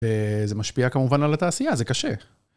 זה, זה משפיע כמובן על התעשייה, זה קשה.